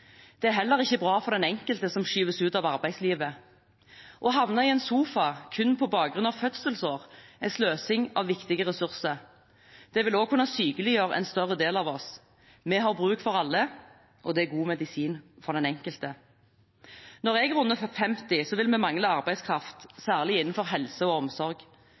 Det er heller ikke bra for den enkelte som skyves ut av arbeidslivet. Å havne i en sofa kun på grunn av fødselsår er sløsing av viktige ressurser. Det vil også kunne sykeliggjøre en større del av oss. Vi har bruk for alle, og det er god medisin for den enkelte. Når jeg runder 50, vil vi mangle arbeidskraft, særlig innenfor helse og omsorg.